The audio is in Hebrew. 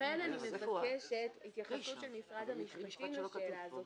לכן אני מבקשת התייחסות של משרד המשפטים לשאלה הזאת.